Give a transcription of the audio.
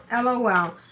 LOL